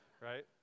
right